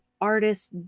artists